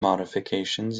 modifications